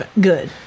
good